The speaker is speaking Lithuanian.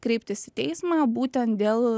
kreiptis į teismą būtent dėl